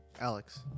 Alex